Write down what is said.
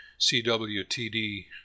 CWTD